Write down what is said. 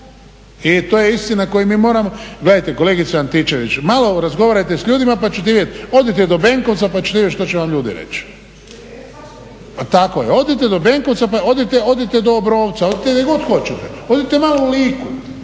I to je istina koju mi moramo, gledajte kolegice Antičević malo razgovarajte s ljudima pa ćete vidjeti. Odite do Benkovca pa ćete vidjeti što će vam ljudi reći. … /Upadica se ne razumije./… Pa tako je, odite do Benkovca, odite do Obrovca, odite gdje god hoćete, odite malo u Liku